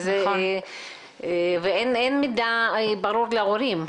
אין מידע ברור להורים.